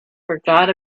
forgot